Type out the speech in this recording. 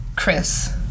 Chris